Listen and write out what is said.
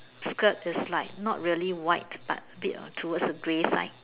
skirt is like not really white but a bit of towards the grey side